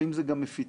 ואם זה גם מפיצי-על,